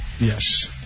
Yes